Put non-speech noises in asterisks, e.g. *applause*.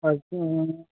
*unintelligible*